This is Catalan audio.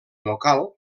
local